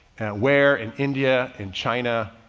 where in india, in china,